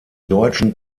deutschen